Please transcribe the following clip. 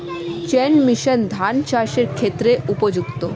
Chain machine ধান চাষের ক্ষেত্রে উপযুক্ত?